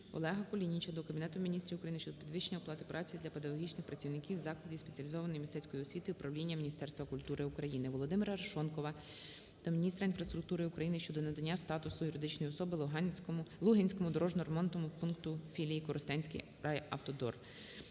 ОлегаКулініча до Кабінету Міністрів України щодо підвищення оплати праці для педагогічних працівників закладів спеціалізованої мистецької освіти управління Міністерства культури України. ВолодимираАрешонкова до міністра інфраструктури України щодо надання статусу юридичної особи Лугинському дорожньо-ремонтному пункту філії "Коростенський райавтодор".